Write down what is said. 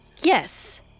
Yes